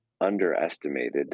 underestimated